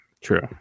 True